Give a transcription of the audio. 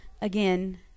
again